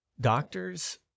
doctors